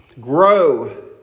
grow